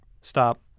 stop